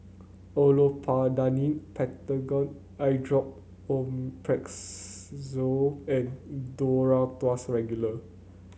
Olopatadine Patanol Eyedrop and Duro Tuss Regular